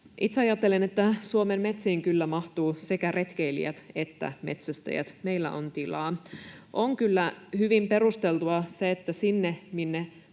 Itse ajattelen, että Suomen metsiin kyllä mahtuvat sekä retkeilijät että metsästäjät. Meillä on tilaa. On kyllä hyvin perusteltua se, että siellä, minne